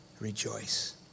rejoice